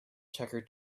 checker